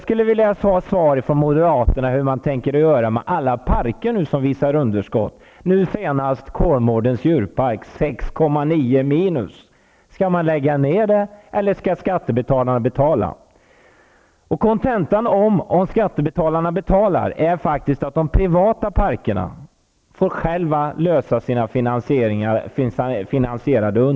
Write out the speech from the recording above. Senast visar Kolmårdens djurpark 6,9 miljoner i underskott. Skall parken läggas ned, eller skall skattebetalarna betala? Om skattebetalarna betalar, blir kontentan att de privata parkerna får själva lösa hur deras underskott skall finansieras.